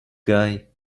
guy